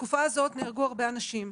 ובתקופה הזאת נהרגו הרבה אנשים.